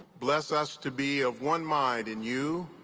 bless us to be of one mind in you,